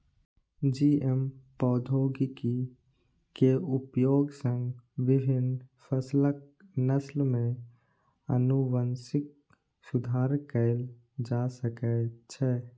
GM प्रौद्योगिकी के उपयोग सं विभिन्न फसलक नस्ल मे आनुवंशिक सुधार कैल जा सकै छै